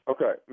Okay